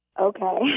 Okay